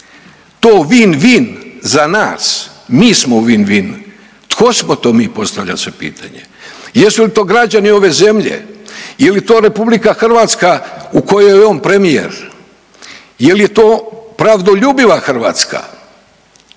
To „win-win“ za nas, mi smo „win-win“. Tko smo to mi postavlja se pitanje. Jesu li to građani ove zemlje, je li to Republika Hrvatska u kojoj je on premijer. Je li je to pravdoljubiva Hrvatske